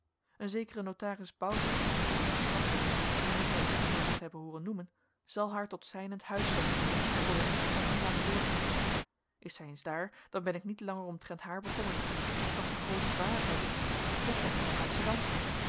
een zekere notaris bouvelt die in uwe stad woont en wien gij misschien wel zult hebben hooren noemen zal haar tot zijnent huisvesten en voor een nicht van hem laten doorgaan is zij eens daar dan ben ik niet langer omtrent haar bekommerd doch de groote zwarigheid is hoe komt zij in amsterdam